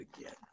again